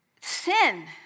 sin